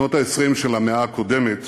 בשנות ה-20 של המאה הקודמת